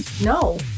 no